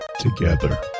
Together